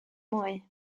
mwy